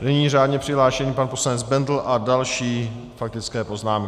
Nyní řádně přihlášený pan poslanec Bendl a další faktické poznámky.